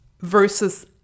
Versus